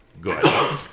Good